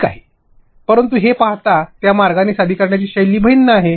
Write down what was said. ठीक आहे परंतु हे आपण पाहता त्या मार्गाने सादरिकरणाची शैली भिन्न आहे